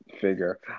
figure